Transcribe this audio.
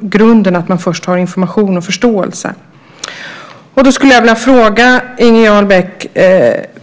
Grunden är ju att man först har information och förståelse. Jag skulle vilja ställa en fråga till Inger Jarl Beck